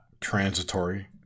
transitory